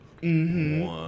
One